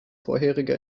vorherige